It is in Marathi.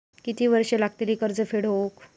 किती वर्षे लागतली कर्ज फेड होऊक?